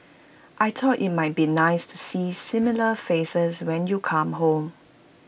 I thought IT might be nice to see familiar faces when you come home